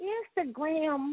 Instagram